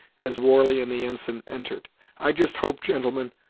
as warley and the ensign entered i just hope, gentlemen,